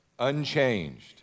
Unchanged